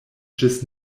ĝis